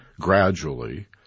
gradually